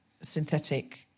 synthetic